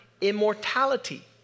immortality